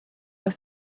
aus